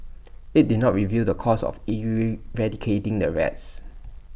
IT did not reveal the cost of eradicating the rats